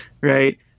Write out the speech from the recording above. Right